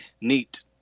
neat